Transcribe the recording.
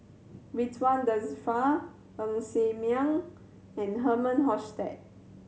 Ridzwan Dzafir Ng Ser Miang and Herman Hochstadt